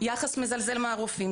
יחס מזלזל מהרופאים,